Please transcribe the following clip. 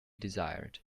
desired